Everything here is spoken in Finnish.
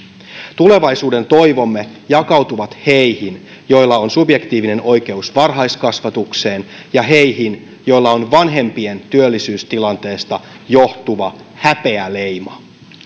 tulevaisuuden toivomme jakautuvat heihin joilla on subjektiivinen oikeus varhaiskasvatukseen ja heihin joilla on vanhempien työllisyystilanteesta johtuva häpeäleima